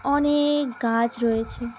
অনেক গাছ রয়েছে